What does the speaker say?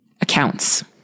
accounts